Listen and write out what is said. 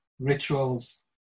rituals